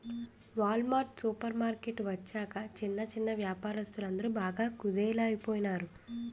wall mart supermarket వచ్చాక చిన్న చిన్నా వ్యాపారస్తులందరు బాగా కుదేలయిపోనారు